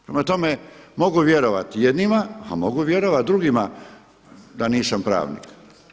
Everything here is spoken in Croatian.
Prema tome, mogu vjerovati jednima a mogu vjerovati drugima da nisam pravnik.